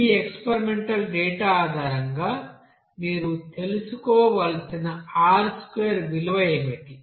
ఈ experimental data ఆధారంగా మీరు తెలుసుకోవలసిన R2 విలువ ఏమిటి